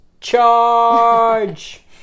charge